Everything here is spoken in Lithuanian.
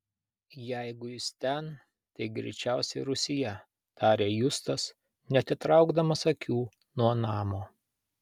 jeigu jis ten tai greičiausiai rūsyje tarė justas neatitraukdamas akių nuo namo